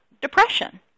depression